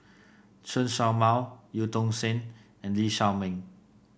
Chen Show Mao Eu Tong Sen and Lee Shao Meng